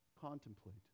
contemplate